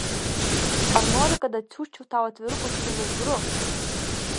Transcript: ar nori kad atsiųsčiau tau atvirukų su luvru